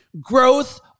growth